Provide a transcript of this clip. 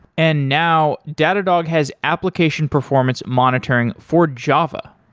and now datadog has application performance monitoring for java.